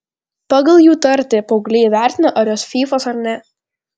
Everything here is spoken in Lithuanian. pagal jų tartį paaugliai įvertina ar jos fyfos ar ne